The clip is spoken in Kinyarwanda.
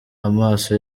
amaso